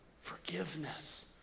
forgiveness